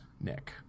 Nick